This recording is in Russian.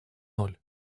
ноль